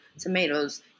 tomatoes